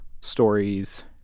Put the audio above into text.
stories